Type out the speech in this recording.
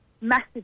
massive